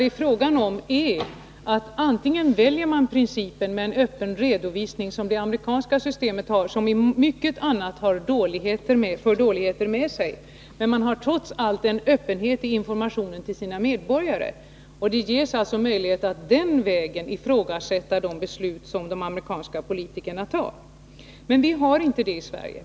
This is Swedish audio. Det är fråga om att välja en princip, dvs. en öppen redovisning som det amerikanska systemet har. Trots att det amerikanska samhället i mycket annat för dåligheter med sig har det en öppenhet i informationen till sina medborgare och ger dem möjlighet att den vägen ifrågasätta de beslut de amerikanska politikerna fattar. Vi har inte den möjligheten i Sverige.